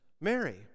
Mary